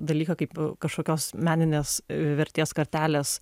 dalyką kaip e kažkokios meninės e vertės kartelės